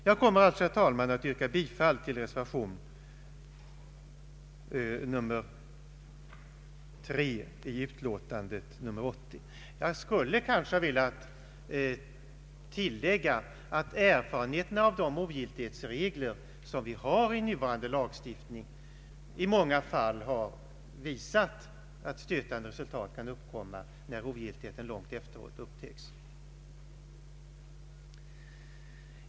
Jag kommer alltså, herr talman, att yrka bifall till reservation III i utlåtandet nr 80. Jag skulle kanske ha velat tillägga att erfarenheterna av de ogiltighetsregler som vi har i nuvarande lagstiftning i många fall visat att stötande resultat kan uppkomma, när oriktigheten långt efteråt upptäcks.